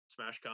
SmashCon